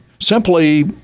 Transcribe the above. simply